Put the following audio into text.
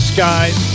Skies